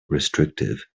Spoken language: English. restrictive